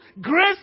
grace